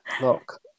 look